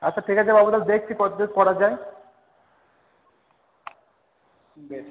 আচ্ছা ঠিক আছে বাবু তাহলে দেখছি কতদূর করা যায় বেশ